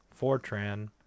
Fortran